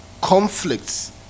Conflicts